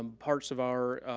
um parts of our,